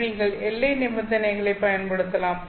எனவே நீங்கள் எல்லை நிபந்தனைகளைப் பயன்படுத்தலாம்